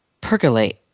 percolate